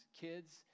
kids